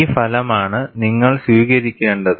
ഈ ഫലമാണ് നിങ്ങൾ സ്വീകരിക്കേണ്ടത്